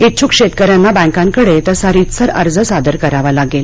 इच्छुक शेतकऱ्यांना बँकांकडे तसा रीतसर अर्ज सादर करावा लागेल